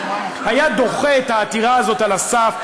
היה דוחה את העתירה הזאת על הסף,